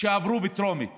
שעברו בטרומית